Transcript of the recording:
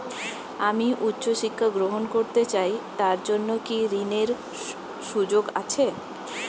আমি উচ্চ শিক্ষা গ্রহণ করতে চাই তার জন্য কি ঋনের সুযোগ আছে?